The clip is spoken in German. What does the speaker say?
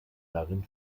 darin